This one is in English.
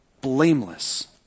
blameless